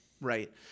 right